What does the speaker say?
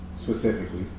specifically